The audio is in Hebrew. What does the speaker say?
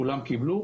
כולם קיבלו.